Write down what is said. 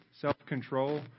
self-control